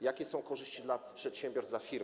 Jakie są korzyści dla przedsiębiorstw, dla firm?